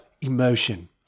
emotion